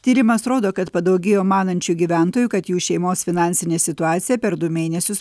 tyrimas rodo kad padaugėjo manančių gyventojų kad jų šeimos finansinė situacija per du mėnesius